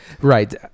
Right